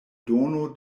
dono